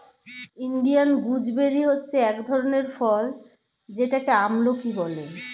Indian gooseberry হচ্ছে এক ধরনের ফল যেটাকে আমলকি বলে